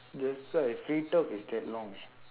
that's why free talk is that long